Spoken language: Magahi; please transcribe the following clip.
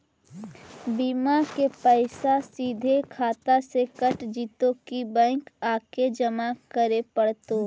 बिमा के पैसा सिधे खाता से कट जितै कि बैंक आके जमा करे पड़तै?